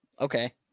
Okay